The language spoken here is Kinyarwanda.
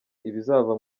ibizava